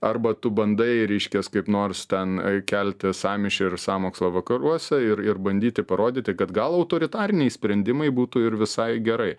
arba tu bandai reiškias kaip nors ten kelti sąmyšį ir sąmokslą vakaruose ir ir bandyti parodyti kad gal autoritariniai sprendimai būtų ir visai gerai